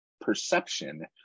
perception